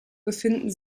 befinden